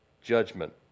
judgment